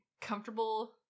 comfortable